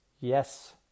Yes